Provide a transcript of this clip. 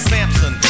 Samson